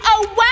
away